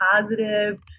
positive